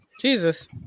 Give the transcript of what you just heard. Jesus